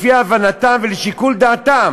לפי הבנתם ולשיקול דעתם.